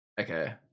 Okay